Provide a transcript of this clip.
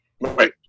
Right